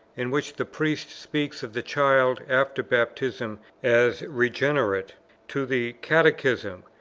in which the priest speaks of the child after baptism as regenerate to the catechism,